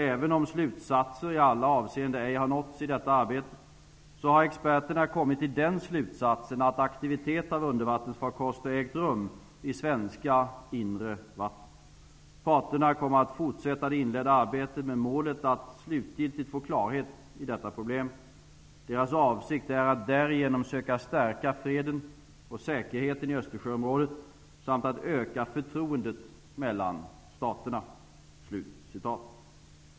Även om slutsatser i alla avseenden ej har nåtts i detta arbete, så har experterna kommit till den slutsatsen att aktivitet av undervattensfarkoster ägt rum i svenska inre vatten. Parterna kommer att fortsätta det inledda arbetet med målet att slutgiltigt få klarhet i detta problem. Deras avsikt är att därigenom söka stärka freden och säkerheten i Östersjöområdet samt att öka förtroendet mellan staterna.'' Fru talman!